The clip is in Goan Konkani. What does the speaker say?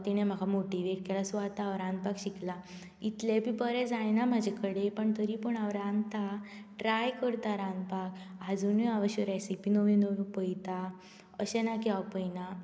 तिणें म्हाका मोटीवेट केला सो आतां हांव रांदपाक शिकला इतलेय बी बरें जायना म्हजे कडेन पण तरी पण हांव रांदता ट्राय करता रांदपाक आजुनूय हांव अश्यो रेसीपी नव्यो नव्यो पळयतां अशे ना की हांव पळयना